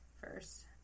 first